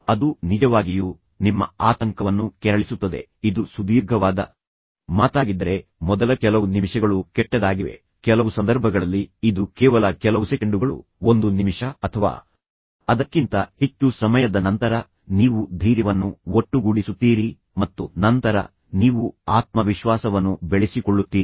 ಅದು ನಿಜವಾಗಿಯೂ ನಿಮ್ಮ ಆತಂಕವನ್ನು ಕೆರಳಿಸುತ್ತದೆ ಇದು ಸುದೀರ್ಘವಾದ ಮಾತಾಗಿದ್ದರೆ ಮೊದಲ ಕೆಲವು ನಿಮಿಷಗಳು ಕೆಟ್ಟದಾಗಿವೆ ಕೆಲವು ಸಂದರ್ಭಗಳಲ್ಲಿ ಇದು ಕೇವಲ ಕೆಲವು ಸೆಕೆಂಡುಗಳು ಒಂದು ನಿಮಿಷ ಅಥವಾ ಅದಕ್ಕಿಂತ ಹೆಚ್ಚು ಸಮಯದ ನಂತರ ನೀವು ಧೈರ್ಯವನ್ನು ಒಟ್ಟುಗೂಡಿಸುತ್ತೀರಿ ಮತ್ತು ನಂತರ ನೀವು ಆತ್ಮವಿಶ್ವಾಸವನ್ನು ಬೆಳೆಸಿಕೊಳ್ಳುತ್ತೀರಿ